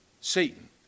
Satan